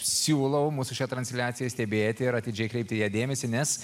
siūlau mūsų šią transliaciją stebėti ir atidžiai kreipti dėmesį nes